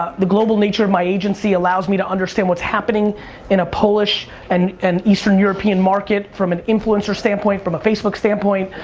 the global nature of my agency allows me to understand what's happening in a polish and eastern european market from an influencer standpoint, from a facebook standpoint,